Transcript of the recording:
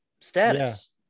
status